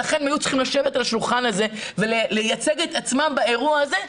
ולכן הם היו צריכים לשבת על השולחן הזה ולייצג את עצמם באירוע הזה,